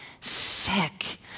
sick